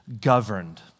governed